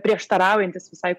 prieštaraujantis visai